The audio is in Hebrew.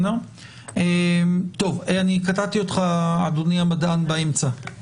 אדוני המדען, אתה יכול